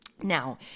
Now